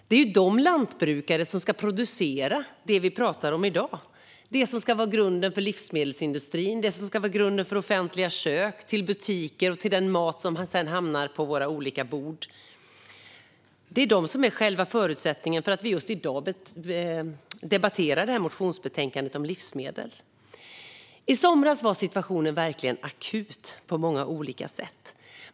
Det är de lantbrukarna som ska producera det som vi pratar om i dag, alltså det som ska vara grunden för livsmedelsindustrin, offentliga kök och butiker och sedan hamna på våra bord. Det är de som är själva förutsättningen för att vi i dag debatterar det här motionsbetänkandet om livsmedel. I somras var situationen verkligen akut på många olika sätt.